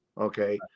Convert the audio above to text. Okay